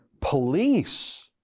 police